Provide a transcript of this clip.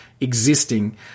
existing